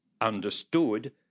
understood